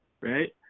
Right